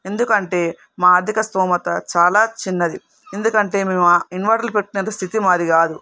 ఎందుకంటే మా ఆర్ధిక స్థోమత చాలా చిన్నది ఎందుకంటే మేము ఆ ఇన్వెర్టర్లు పెట్టుకునేంత స్థితి మాది గాదు